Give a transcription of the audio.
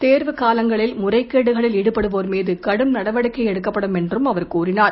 தேர்வு காலங்களில் முறைகேடுகளில் ஈடுபடுவோர் மீது கடும் நடவடிக்கை எடுக்கப்படும் என்று அவர் கூறினார்